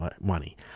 money